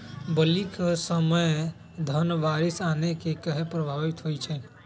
बली क समय धन बारिस आने से कहे पभवित होई छई?